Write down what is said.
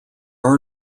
are